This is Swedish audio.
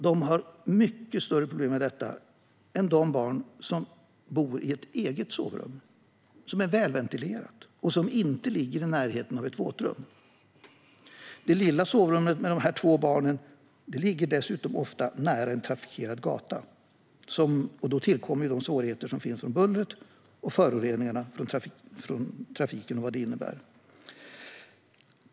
Dessa barn har mycket större problem med detta än barn som har ett eget sovrum som är välventilerat och som inte ligger i närheten av ett våtrum. Det lilla sovrummet som två barn delar ligger dessutom ofta nära en trafikerad gata. Då tillkommer de svårigheter som bullret och föroreningarna från trafiken innebär.